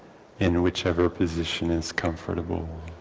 in whichever position is comfortable.